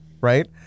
Right